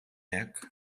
hekk